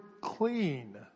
clean